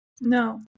No